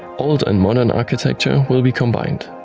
old and modern architecture will be combined.